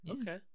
Okay